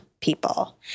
people